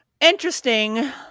interesting